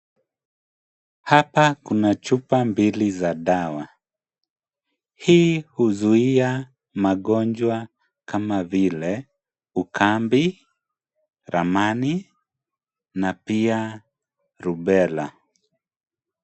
Hapa kuna chupa mbili za dawa. Hii huzia magonjwa kama vile ukambi, ramani na pia Rubella.